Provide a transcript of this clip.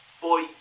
boy